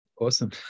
Awesome